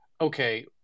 okay